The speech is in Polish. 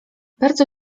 bardzo